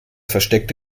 versteckte